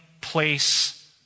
place